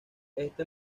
este